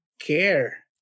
care